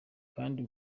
kandi